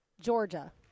Georgia